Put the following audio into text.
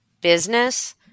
business